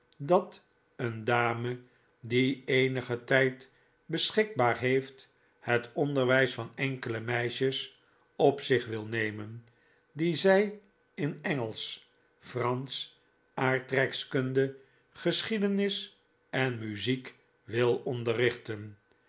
dat een dame die eenigen tijd beschikbaar heeft het onderwijs van enkele meisjes op zich wil nemen die zij in engelsch fransch aardrijkskunde geschiedenis en muziek wil